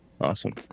Awesome